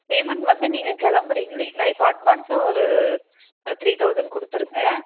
payment வந்து நீங்கள் கிளம்புறீங்க இல்லைங்ளா இப்போ அட்வான்ஸாக ஒரு த்ரீ தௌசண்ட் கொடுத்துருங்க